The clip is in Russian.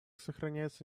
сохраняется